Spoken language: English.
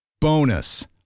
Bonus